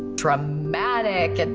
dramatic. and